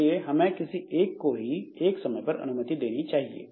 इसलिए हमें किसी एक को ही एक समय पर अनुमति देनी चाहिए